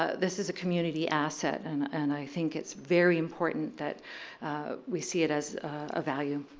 ah this is a community asset and and i think it's very important that we see it as a value.